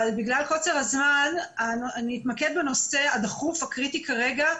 אבל בגלל קוצר הזמן אתמקד בנושא הדחוף הקריטי כרגע,